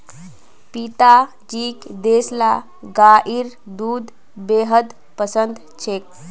पिताजीक देसला गाइर दूध बेहद पसंद छेक